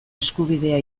eskubidea